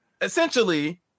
essentially